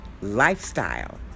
Lifestyle